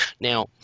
Now